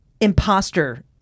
imposter